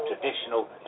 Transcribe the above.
traditional